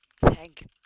Thank